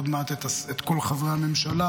עוד מעט את כל חברי הממשלה,